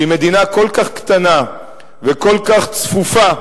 שהיא מדינה כל כך קטנה וכל כך צפופה,